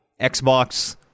xbox